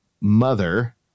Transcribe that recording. mother